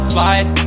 Slide